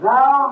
Now